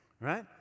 Right